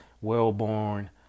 Wellborn